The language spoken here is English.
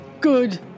good